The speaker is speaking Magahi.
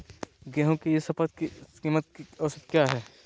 गेंहू के ई शपथ कीमत औसत क्या है?